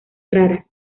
raras